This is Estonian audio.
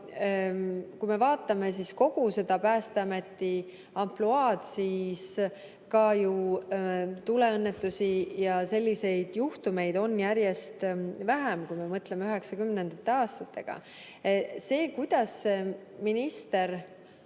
Kui me vaatame kogu Päästeameti ampluaad, siis ka tuleõnnetusi ja selliseid juhtumeid on järjest vähem, kui me võrdleme 1990. aastatega. Kuidas ministri